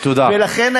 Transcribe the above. ולכן,